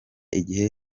igihe